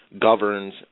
governs